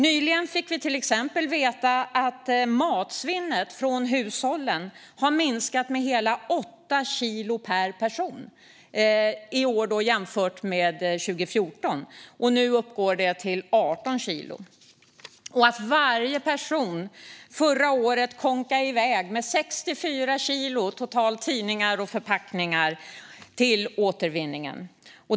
Nyligen fick vi till exempel veta att matsvinnet från hushållen har minskat med hela 8 kilo per person i år jämfört med 2014, och nu uppgår det till 18 kilo. Och förra året kånkade varje person i väg med 64 kilo tidningar och förpackningar till återvinningen.